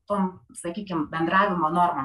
tom sakykim bendravimo nuomom